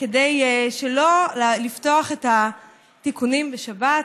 כדי שלא לפתוח את התיקונים בשבת,